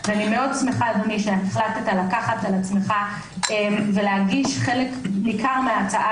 אני מאוד שמחה אדוני שהחלטת לקחת על עצמך ולהגיש חלק ניכר מההצעה